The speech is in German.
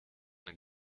eine